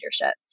leadership